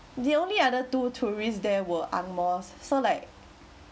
the only other two tourists there were ang moh so like